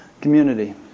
Community